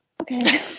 Okay